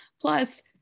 Plus